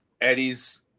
Eddie's